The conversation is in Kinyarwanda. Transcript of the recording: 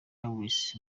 harris